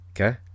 Okay